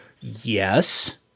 yes